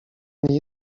niej